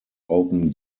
open